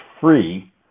free